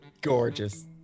gorgeous